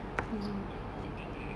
selepas sekolah but then like